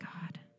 God